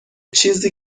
چیزی